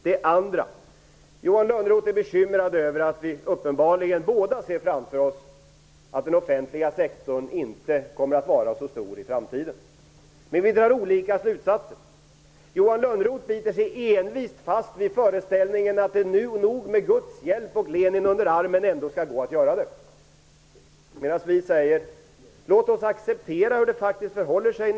Det andra gäller att Johan Lönnroth är bekymrad över att vi uppenbarligen båda ser framför oss att den offentliga sektorn inte kommer att vara så stor i framtiden. Men vi drar olika slutsatser av detta. Johan Lönnroth biter sig envist fast vid föreställningen att det nog ändå skall gå, med Guds hjälp och Lenin under armen. Vi säger däremot: Låt oss acceptera hur det faktiskt förhåller sig!